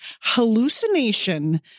hallucination